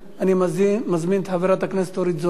אני מזמין את חברת הכנסת אורית זוארץ.